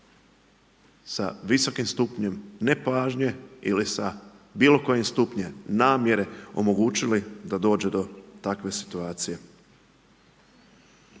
sa visokim stupnjem nepažnje ili sa bilo kojim stupnjem namjere omogućili da dođe do takve situacije.